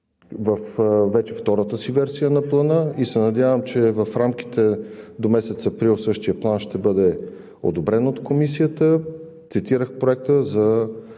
във вече втората си версия на плана, и се надявам, че в рамките до месец април същият план ще бъде одобрен от Комисията. Цитирах Проекта за